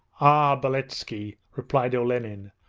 beletski replied olenin,